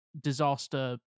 disaster